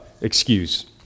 excuse